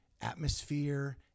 atmosphere